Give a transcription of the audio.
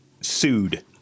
Sued